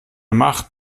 macht